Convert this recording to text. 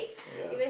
oh ya